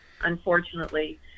unfortunately